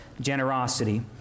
generosity